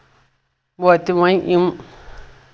وٲتۍ وۄنۍ یِم